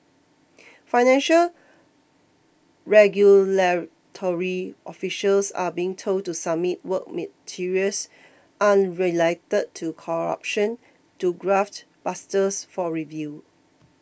financial regulatory officials are being told to submit work materials unrelated to corruption to graft busters for review